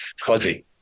Fuzzy